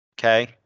Okay